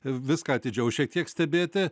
viską atidžiau šiek tiek stebėti